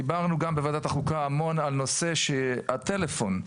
בוועדת החוקה דיברנו הרבה גם על עניין הטלפון.